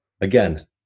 again